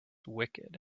wicked